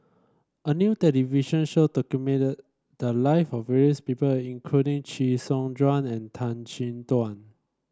a new television show documented the live of various people including Chee Soon Juan and Tan Chin Tuan